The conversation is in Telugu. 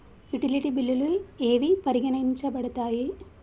యుటిలిటీ బిల్లులు ఏవి పరిగణించబడతాయి?